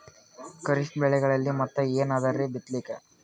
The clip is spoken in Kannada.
ಖರೀಫ್ ಬೆಳೆಗಳಲ್ಲಿ ಮತ್ ಏನ್ ಅದರೀ ಬಿತ್ತಲಿಕ್?